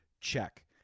check